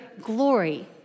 glory